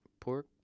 Pork